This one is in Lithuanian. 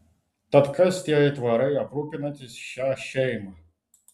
tad kas tie aitvarai aprūpinantys šią šeimą